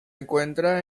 encuentra